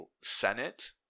Senate